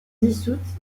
dissoute